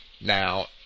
Now